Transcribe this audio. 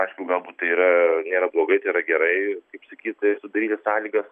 aišku galbūt tai yra nėra blogai tai yra gerai kaip sakyt sudaryti sąlygas